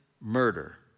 murder